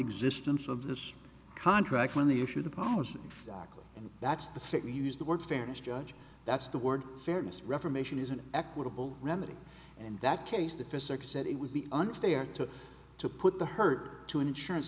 existence of this contract when they issued a policy sokal and that's the city used the word fairness judge that's the word fairness reformation is an equitable remedy and that case the physics said it would be unfair to to put the hurt to an insurance